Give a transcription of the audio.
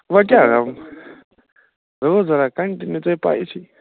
وۅنۍ کیٛاہ انو روزدر ہا کنٹِنیٛوٗ ژےٚ پیی چھےٚ